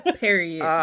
period